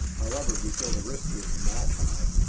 however, we feel the risk is not high,